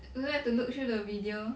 today I've to look through the video